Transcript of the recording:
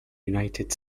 united